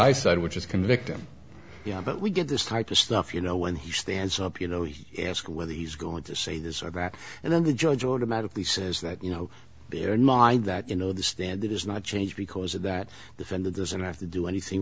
i said which is convict him yeah but we get this type of stuff you know when he stands up you know he's asked whether he's going to say this or that and then the judge order magically says that you know in mind that you know the standard is not changed because of that defendant doesn't have to do anything